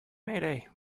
mayday